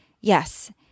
Yes